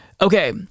Okay